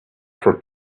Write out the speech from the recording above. for